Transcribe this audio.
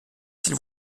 s’il